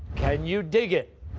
can you dig it,